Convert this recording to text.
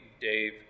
Dave